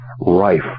rife